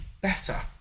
better